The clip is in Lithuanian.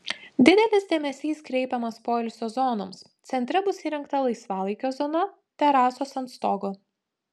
didelis dėmesys kreipiamas poilsio zonoms centre bus įrengta laisvalaikio zona terasos ant stogo